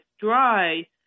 dry